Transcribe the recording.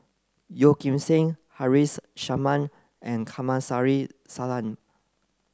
Yeo Kim Seng Haresh Sharma and Kamsari Salam